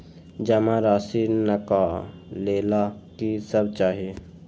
जमा राशि नकालेला कि सब चाहि?